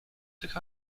tych